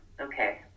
okay